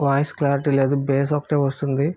voice clarity లేదు boss ఒకటే వస్తుంది